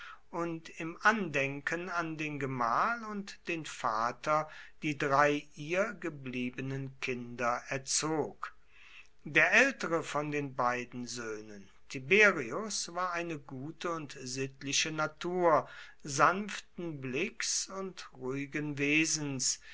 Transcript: und im andenken an den gemahl und den vater die drei ihr gebliebenen kinder erzog der ältere von den beiden söhnen tiberius war eine gute und sittliche natur sanften blicks und ruhigen wesens